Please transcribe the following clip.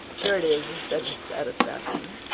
here it is, he said with satisfaction.